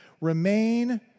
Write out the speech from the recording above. remain